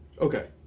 Okay